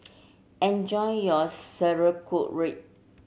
enjoy your Sauerkraut